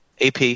AP